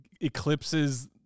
eclipses